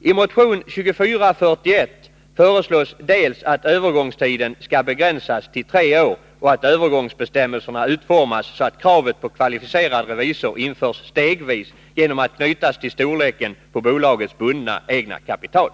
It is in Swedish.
I motion 2441 föreslås dels att övergångstiden skall begränsas till tre år, dels att övergångsbestämmelserna utformas så, att kravet på kvalificerad revisor införs stegvis genom att knytas till storleken på bolagets bundna egna kapital.